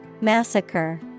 Massacre